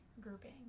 grouping